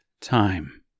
Time